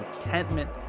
contentment